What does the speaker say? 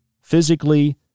physically